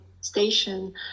station